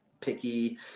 picky